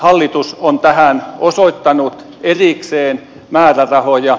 hallitus on tähän osoittanut erikseen määrärahoja